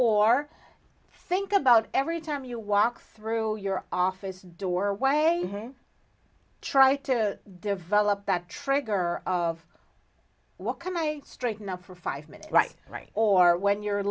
or think about every time you walk through your office door way try to develop that trigger of what can i straighten out for five minutes right right or when you're